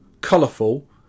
colourful